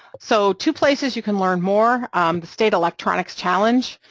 so two places you can learn more the state electronics challenge,